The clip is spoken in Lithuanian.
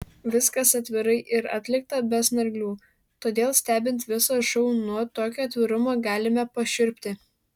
viskas atvirai ir atlikta be snarglių todėl stebint visą šou nuo tokio atvirumo galime pašiurpti